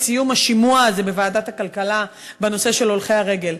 סיום השימוע הזה בוועדת הכלכלה בנושא של הולכי הרגל.